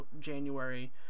January